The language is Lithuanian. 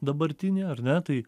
dabartinė ar ne tai